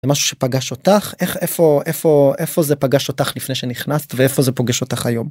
משהו שפגש אותך איך איפה איפה איפה זה פגש אותך לפני שנכנסת ואיפה זה פוגש אותך היום?